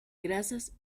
grasas